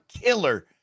killer